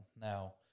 Now